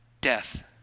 death